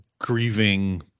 grieving